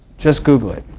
just google it.